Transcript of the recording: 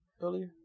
earlier